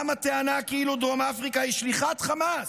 גם הטענה כאילו דרום אפריקה היא שליחת חמאס,